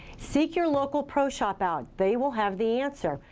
seek your local pro shop out, they will have the answer.